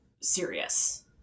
serious